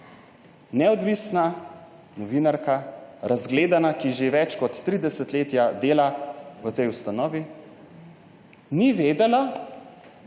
Neodvisna novinarka, razgledana, ki že več kot tri desetletja dela v tej ustanovi, ni vedela,